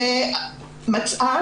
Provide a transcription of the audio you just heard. ומצאה